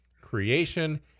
creation